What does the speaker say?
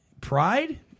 pride